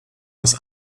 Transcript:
aus